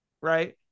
right